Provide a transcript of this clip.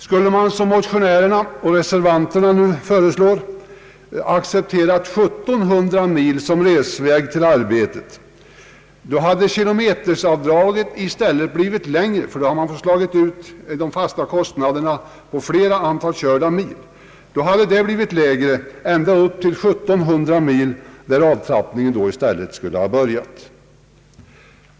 Skulle man som motionärerna och reservanterna nu föreslår accepterat 1700 mil som resväg till arbetet, hade kilometeravdraget i stället blivit lägre, ty då hade man fått slå ut de fasta kostnaderna på fler körda mil. Då hade kilometeravdraget blivit lägre på sträckan upp till 1700 mil, där avtrappningen då skulle ha börjat.